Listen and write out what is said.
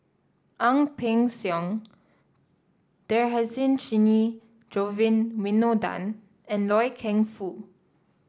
Ang Peng Siong Dhershini Govin Winodan and Loy Keng Foo